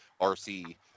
RC